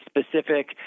specific